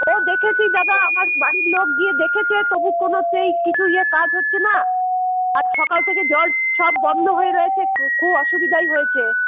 ও দেখেছি দাদা আমার বাড়ির লোক গিয়ে দেখেছে তবু কোনো সেই কিছু ইয়ে কাজ হচ্ছে না আজ সকাল থেকে জল সব বন্ধ হয়ে রয়েছে খুব অসুবিধাই হয়েছে